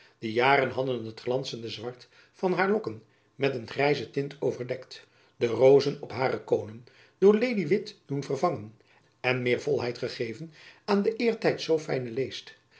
de jaren hadden het glanzende zwart van haar lokken met een grijze tint overdekt de rozen op hare konen door leliewit doen vervangen en meer volheid gegeven aan de eertijds zoo fijne leest